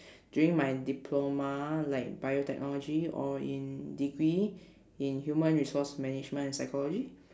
during my diploma like biotechnology or in degree in human resource management and psychology